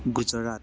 Gujarat